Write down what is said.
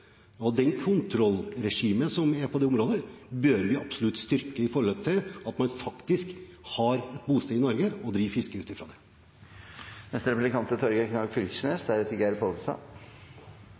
og kontrollregimet som er på det området, bør vi absolutt styrke – at man faktisk har bosted i Norge og driver fiske ut